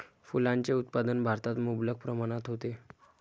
फुलांचे उत्पादन भारतात मुबलक प्रमाणात होते